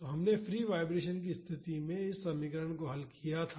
तो हमने फ्री वाईब्रेशनकी स्तिथि में इस समीकरण को हल किया था